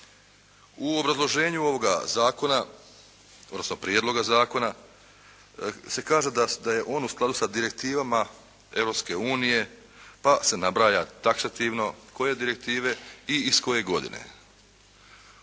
U obrazloženju ovoga zakona, odnosno prijedloga zakona se kaže da je on u skladu sa direktivama Europske unije pa se nabraja taksativno koje direktive i iz koje godine.